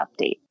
update